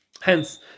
Hence